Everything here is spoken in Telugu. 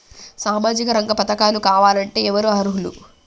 సామాజిక రంగ పథకాలు కావాలంటే ఎవరు అర్హులు?